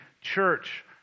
church